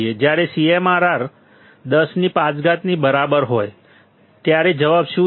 જ્યારે CMRR 105 ની બરાબર હોય ત્યારે જવાબ શું છે